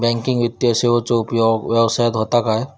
Banking वित्तीय सेवाचो उपयोग व्यवसायात होता काय?